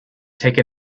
take